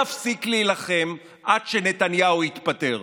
בקצב הזה הם כבר בדרך אולי להפסיד שנת לימודים שלמה.